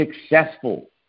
successful